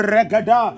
Regada